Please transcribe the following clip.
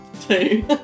two